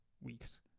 weeks